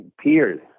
peers